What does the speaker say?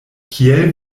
kiel